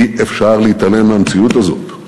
אי-אפשר להתעלם מהמציאות הזאת.